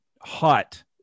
hot